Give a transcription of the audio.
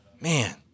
Man